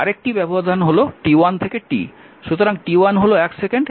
আরেকটি ব্যবধান হল t1 থেকে t সুতরাং t1 হল 1 সেকেন্ড এবং t 2 সেকেন্ড